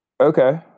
Okay